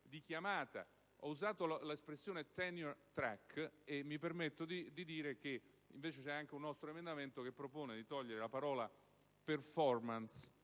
di chiamata. Ho usato l'espressione *senior track* e mi permetto di dire che invece c'è un nostro emendamento che propone di togliere la parola "*performance*"